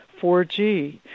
4G